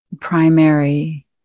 primary